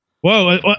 whoa